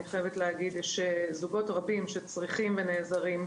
יש זוגות רבים שצריכים ונעזרים.